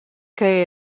que